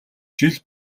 жил